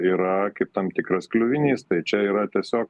yra kaip tam tikras kliuvinys tai čia yra tiesiog